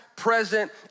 present